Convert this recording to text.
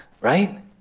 right